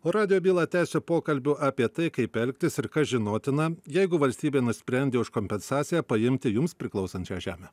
radijo bylą tęsiu pokalbiu apie tai kaip elgtis ir kas žinotina jeigu valstybė nusprendė už kompensaciją paimti jums priklausančią žemę